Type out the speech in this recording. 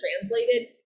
translated